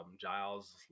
Giles